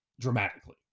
dramatically